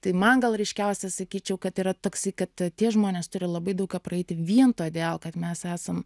tai man gal ryškiausia sakyčiau kad yra toksai kad tie žmonės turi labai daug ką praeiti vien todėl kad mes esam